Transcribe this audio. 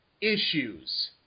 issues